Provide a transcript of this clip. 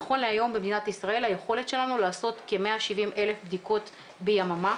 נכון להיום במדינת ישראל היכולת שלנו לעשות כ-170,000 בדיקות ביממה.